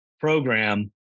program